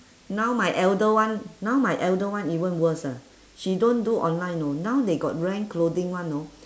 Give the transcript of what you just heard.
now my elder one now my elder one even worst ah she don't do online know now they got rent clothing [one] know